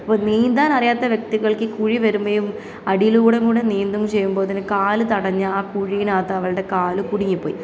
അപ്പം നീന്താൻ അറിയാത്ത വ്യക്തികൾക്ക് ഈ കുഴി വരുമ്പോഴും അടിയിലൂടെ കൂടെ നീന്തും ചെയ്യുമ്പോത്തിന് കാല് തടഞ്ഞ് ആ കുഴിയിനകത്ത് അവളുടെ കാല് കുടുങ്ങിപ്പോയി